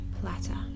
platter